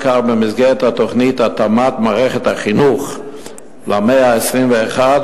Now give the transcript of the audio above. במסגרת התוכנית "התאמת מערכת החינוך למאה ה-21",